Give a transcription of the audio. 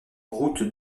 route